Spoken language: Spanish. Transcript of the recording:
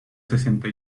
sesenta